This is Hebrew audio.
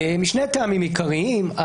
משני טעמים עיקריים.